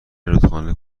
رودخانه